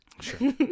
sure